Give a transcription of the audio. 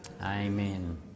amen